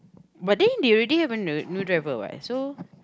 but then they already have a new new driver what so